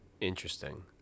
Interesting